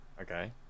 Okay